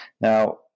Now